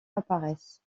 apparaissent